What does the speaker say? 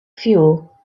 fuel